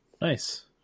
Nice